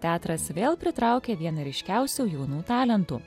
teatras vėl pritraukė vieną ryškiausių jaunų talentų